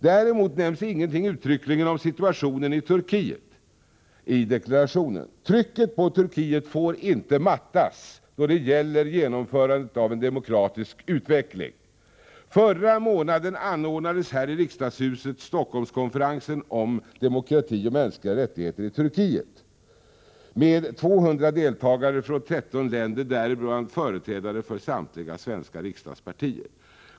Däremot nämns ingenting uttryckligen om situationen i Turkiet i deklarationen. Trycket på Turkiet får inte mattas då det gäller genomförandet av en demokratisk utveckling. Förra månaden anordnades här i riksdagshuset Stockholmskonferensen om demokrati och mänskliga rättigheter i Turkiet med 200 deltagare från 13 länder, däribland företrädare för samtliga svenska riksdagspartier.